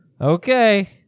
okay